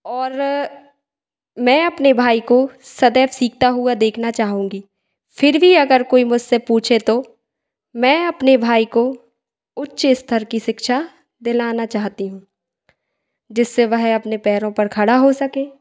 और मैं अपने भाई को सदैव सीखता हुआ देखना चाहूँगी फिर भी अगर कोई मुझ से पूछे तो मैं अपने भाई को उच्च स्तर की शिक्षा दिलाना चाहती हूँ जिससे वह अपने पैरों पर खड़ा हो सके